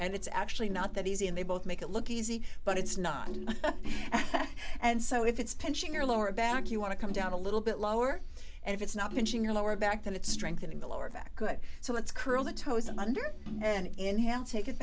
and it's actually not that easy and they both make it look easy but it's not and so if it's pinching your lower back you want to come down a little bit lower and if it's not pinching your lower back then it's strengthening the lower back good so it's current toes and under and in half take it